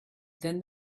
then